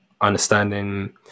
understanding